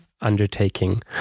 undertaking